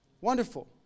Wonderful